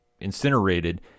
incinerated